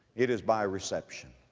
it is by reception.